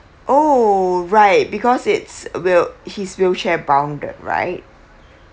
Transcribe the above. oh right because it's will he's wheelchair bounded right